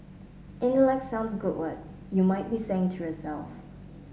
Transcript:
intellect sounds good what you might be saying to yourself